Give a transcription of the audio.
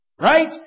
right